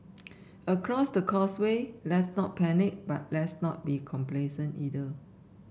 across the causeway let's not panic but let's not be complacent either